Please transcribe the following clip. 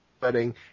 wedding